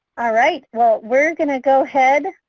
all right, well we're going go ahead